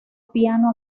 piano